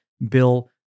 bill